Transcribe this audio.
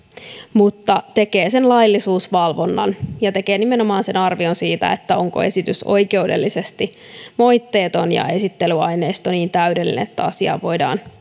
mutta tekee laillisuusvalvonnan ja tekee nimenomaan arvion siitä onko esitys oikeudellisesti moitteeton ja esittelyaineisto niin täydellinen että asia voidaan